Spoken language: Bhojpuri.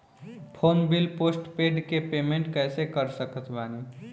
फोन बिल पोस्टपेड के पेमेंट कैसे कर सकत बानी?